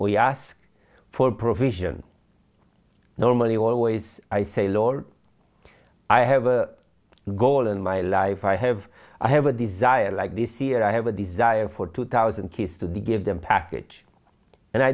you ask for provision no money always i say lord i have a goal in my life i have i have a desire like this here i have a desire for two thousand kids to give them package and i